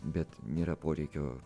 bet nėra poreikio